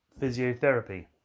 physiotherapy